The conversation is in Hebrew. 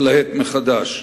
התלהט מחדש,